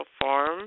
farm